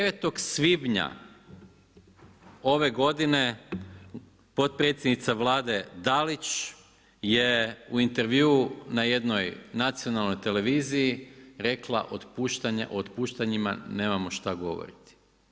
9. svibnja ove godine potpredsjednica Vlade Dalić je u intervjuu na jednoj nacionalnoj televiziji rekla o otpuštanjima nemamo šta govoriti.